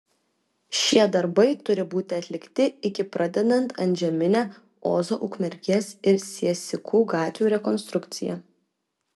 šie darbai turi būti atlikti iki pradedant antžeminę ozo ukmergės ir siesikų gatvių rekonstrukciją